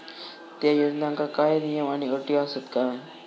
त्या योजनांका काय नियम आणि अटी आसत काय?